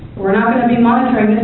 we're not going to be monitoring